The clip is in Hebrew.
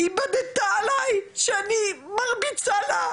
היא בדתה עליי שאני מרביצה לה.